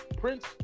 Prince